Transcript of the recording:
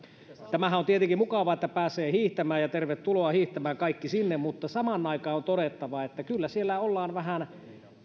tämähän on tietenkin mukavaa että pääsee hiihtämään ja tervetuloa hiihtämään sinne kaikki mutta samaan aikaan on todettava että kyllä siellä nyt ollaan vähän